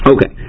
Okay